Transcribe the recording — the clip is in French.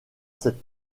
cette